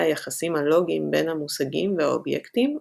היחסים הלוגיים בין המושגים והאובייקטים,